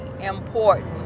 important